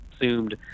assumed